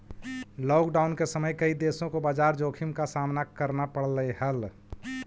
lockdown के समय कई देशों को बाजार जोखिम का सामना करना पड़लई हल